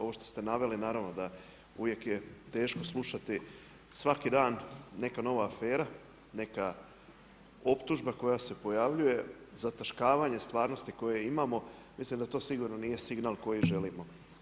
Ovo što ste naveli naravno uvijek je teško slušati svaki dan neka nova afera, neka optužba koja se pojavljuje, zataškavanje stvarnosti koje imamo, mislim da to sigurno nije signal koji želimo.